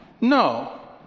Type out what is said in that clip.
No